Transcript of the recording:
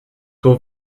tôt